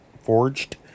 forged